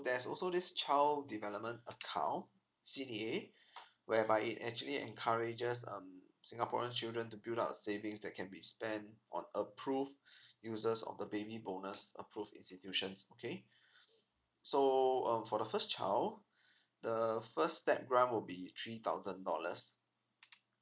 there's also this child development account cda whereby it actually encourages um singaporean children to build up a savings that can be spent on approved uses of the baby bonus approve institutions okay so um for the first child the first step right will be three thousand dollars